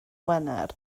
wener